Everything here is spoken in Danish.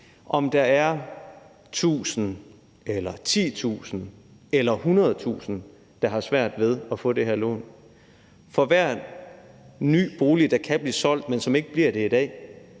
om der er 1.000 eller 10.000 eller 100.000, der har svært ved at få det her lån; for hver ny bolig, der kan blive solgt, men som ikke bliver det i dag,